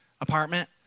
apartment